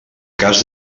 cas